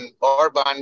Orban